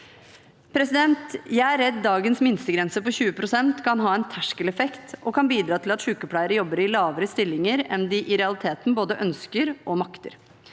Jeg er redd for at dagens minstegrense på 20 pst. kan ha en terskeleffekt og bidra til at sykepleiere jobber i mindre stillinger enn de i realiteten både ønsker og makter.